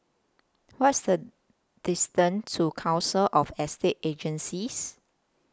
What IS The distance to Council of Estate Agencies